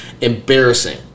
embarrassing